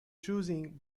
choosing